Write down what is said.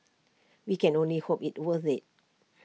we can only hope it's worth IT